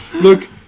look